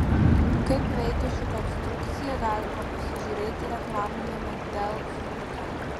kaip veikia ši konstrukcija galima pasižiūrėti reklaminiame dell filmuke